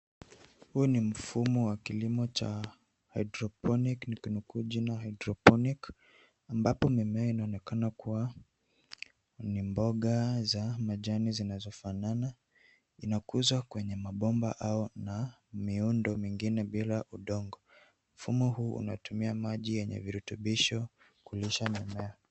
Huu ni mfumo wa kilimo cha hydroponic nikama kuwa jina ya hydroponic ambapo mimea inaonekana kuwa ni mboga za majani zinazofanana, inazokuzwa kwenye mabomba au na miundo mingine bila udongo. Mfumo huu unatumia maji yenye virutubisho kulisha mimea.